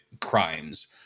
crimes